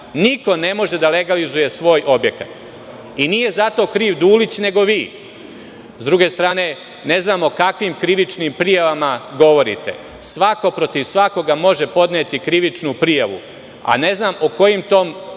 Niko ne može da legalizuje svoj objekat i nije zato kriv Dulić, nego vi.S druge strane, ne znamo o kakvim krivičnim prijavama govorite. Svako protiv svakoga može podneti krivičnu prijav, a ne znam o kojim to